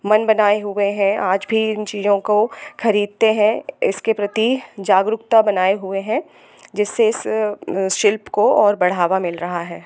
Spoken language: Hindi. मन बनाए हुए हैं आज भी इन चीज़ों को खरीदते हैं इसके प्रति जागरूकता बनाए हुए हैं जिसे शिल्प को और बढ़ावा मिल रहा है